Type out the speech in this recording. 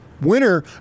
winner